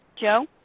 Joe